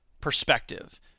perspective